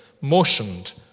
motioned